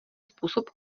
způsob